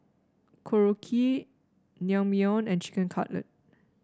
Korokke Naengmyeon and Chicken Cutlet